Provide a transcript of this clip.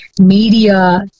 media